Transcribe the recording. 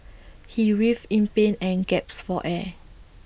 he writhed in pain and gasped for air